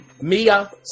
Mia